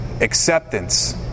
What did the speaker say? acceptance